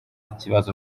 kibazo